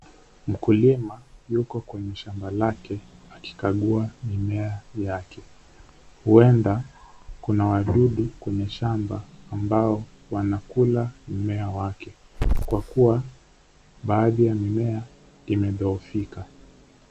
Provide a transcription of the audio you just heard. Mkulima yuko kwenye shamba lake, akikagua mimea yake. Huenda, kuna wadudu kwenye shamba, ambao wanakula mimea wake. Kwa kuwa baadhi ya mimea, imedhoofika.